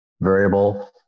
variable